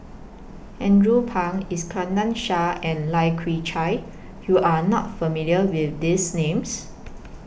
Andrew Phang Iskandar Shah and Lai Kew Chai YOU Are not familiar with These Names